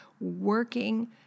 working